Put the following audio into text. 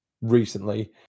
recently